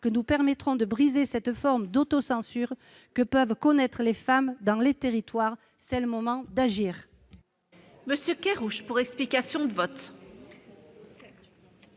que nous permettrons de casser cette forme d'autocensure que peuvent connaître les femmes dans les territoires. Le moment est